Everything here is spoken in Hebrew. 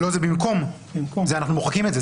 לא, אנחנו מוחקים את זה.